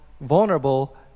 vulnerable